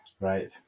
Right